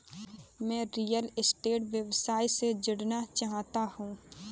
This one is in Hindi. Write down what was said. मैं रियल स्टेट व्यवसाय से जुड़ना चाहता हूँ